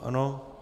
Ano.